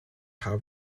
haben